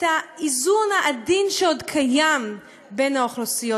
האיזון העדין שעוד קיים בין האוכלוסיות,